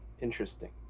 Interesting